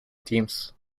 teams